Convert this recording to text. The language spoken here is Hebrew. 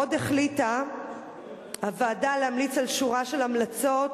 עוד החליטה הוועדה להמליץ שורה של המלצות